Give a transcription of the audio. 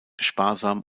sparsam